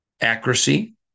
accuracy